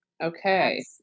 Okay